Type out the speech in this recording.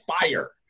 fire